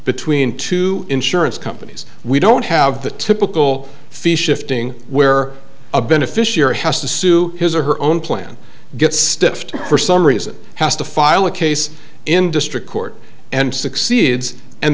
between two insurance companies we don't have the typical fee shifting where a beneficiary has to sue his or her own plan gets stiffed for some reason has to file a case in district court and succeeds and